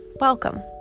welcome